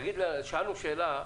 נשאלה כאן שאלה: